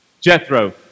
Jethro